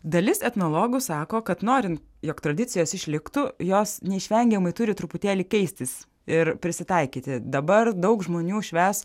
dalis etnologų sako kad norin jog tradicijos išliktų jos neišvengiamai turi truputėlį keistis ir prisitaikyti dabar daug žmonių švęs